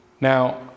now